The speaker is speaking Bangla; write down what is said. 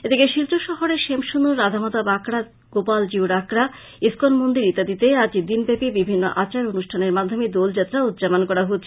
এদিকে শিলচর শহরের শ্যামসুন্দর রাধামাধব আখড়া গোপাল জিউর আখড়া ইসকন মন্দির ইত্যাদিতে আজ দিনব্যাপী বিভিন্ন আচার অনুষ্ঠানের মাধ্যমে দোলযাত্রা উদ্যাপন করা হচ্ছে